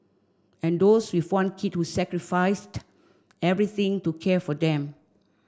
and those with one kid who sacrificed everything to care for them